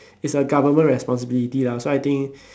it's a government responsibility lah so I think